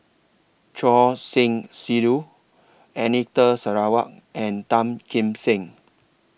Choor Singh Sidhu Anita Sarawak and Tan Kim Seng